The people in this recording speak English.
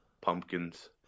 Pumpkins